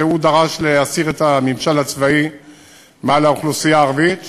שדרש להסיר את הממשל הצבאי מעל האוכלוסייה הערבית,